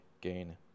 gain